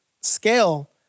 scale